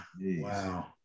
wow